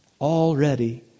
Already